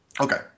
Okay